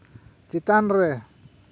ᱪᱮᱛᱟᱱ ᱨᱮ